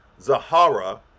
Zahara